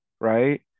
Right